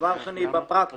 דבר שני, בפרקטיקה